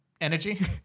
energy